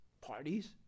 parties